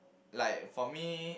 like for me